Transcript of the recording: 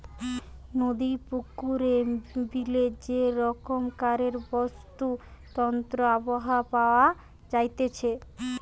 নদী, পুকুরে, বিলে যে রকমকারের বাস্তুতন্ত্র আবহাওয়া পাওয়া যাইতেছে